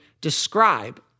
describe